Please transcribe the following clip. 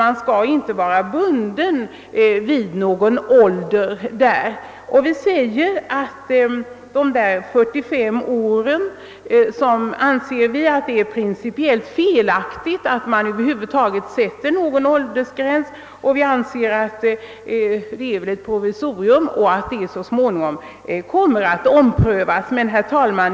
Man skall inte vara bunden vid 45 år eller någon annan ålder. Vi anser det principiellt felaktigt att över huvud taget sätta någon åldersgräns där och förutsätter att bestämmelsen bara är ett provisorium som kommer att tas bort så småningom. I det fallet har vi emellertid just nu inte något yrkande. Herr talman!